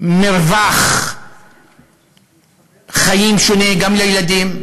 מרווח חיים שונה גם לילדים,